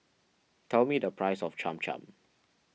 tell me the price of Cham Cham